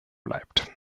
bleibt